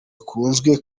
bakunze